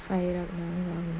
firearm